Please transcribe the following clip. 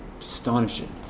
Astonishing